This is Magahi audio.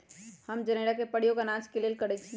हम जनेरा के प्रयोग अनाज के लेल करइछि